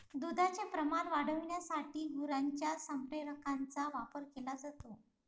दुधाचे प्रमाण वाढविण्यासाठी गुरांच्या संप्रेरकांचा वापर केला जातो